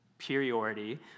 superiority